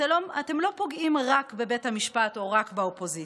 אתם לא פוגעים רק בבית המשפט או רק באופוזיציה,